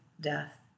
death